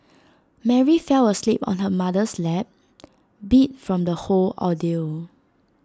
Mary fell asleep on her mother's lap beat from the whole ordeal